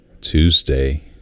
tuesday